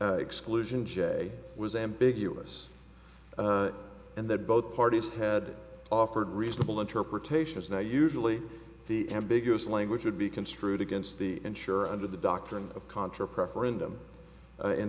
exclusion j was ambiguous and that both parties had offered reasonable interpretations now usually the ambiguous language would be construed against the insurer under the doctrine of contra preference them in